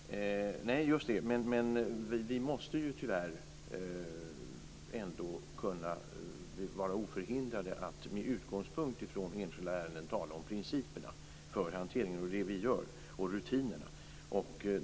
Fru talman! Nej, just det. Men vi måste ju ändå kunna vara oförhindrade att med utgångspunkt från enskilda ärenden tala om principerna för och rutinerna vid hanteringen. Det är det vi gör.